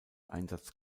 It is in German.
einsatz